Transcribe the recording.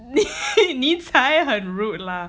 你才很 rude lah